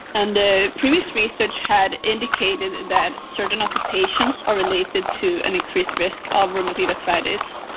and the previous research had indicated that certain occupations are related to an increased risk of rheumatoid arthritis,